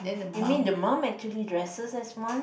you mean the mum actually dresses as one